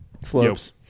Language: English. slopes